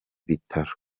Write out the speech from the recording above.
bitaro